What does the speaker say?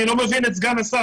אני לא מבין את סגן השר.